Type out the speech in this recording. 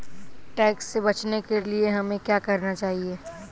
Tax से बचने के लिए हमें क्या करना चाहिए?